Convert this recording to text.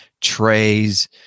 trays